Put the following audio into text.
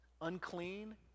unclean